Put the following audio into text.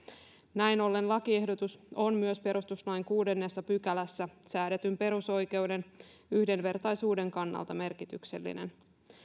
näin ollen lakiehdotus on myös perustuslain kuudennessa pykälässä säädetyn perusoikeuden yhdenvertaisuuden kannalta merkityksellinen